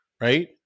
Right